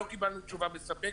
ולא קיבלנו תשובה מספקת.